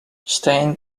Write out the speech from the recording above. stijn